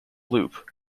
loop